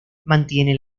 mantiene